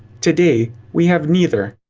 today we have neither.